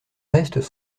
restes